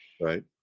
Right